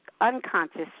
unconscious